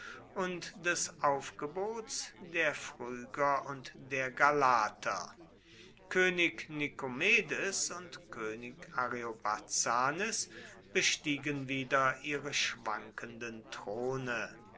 und des aufgebots der phryger und der galater könig nikomedes und könig ariobarzanes bestiegen wieder ihre schwankenden throne